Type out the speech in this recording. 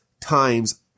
times